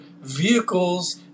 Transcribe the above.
vehicles